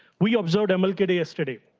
we observed an okay day yesterday.